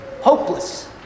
hopeless